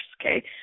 okay